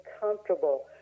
comfortable